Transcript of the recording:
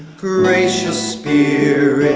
gracious spirit,